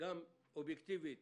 אובייקטיבית